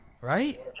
Right